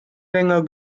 länger